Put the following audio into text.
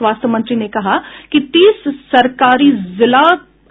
स्वास्थ्य मंत्री ने कहा कि तीस सरकारी जिला